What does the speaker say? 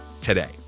today